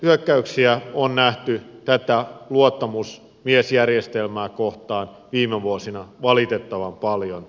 hyökkäyksiä on nähty tätä luottamusmiesjärjestelmää kohtaa viime vuosina valitettavan paljon